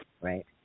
right